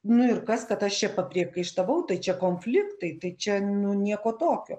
nu ir kas kad aš čia papriekaištavau tai čia konfliktai tai čia nu nieko tokio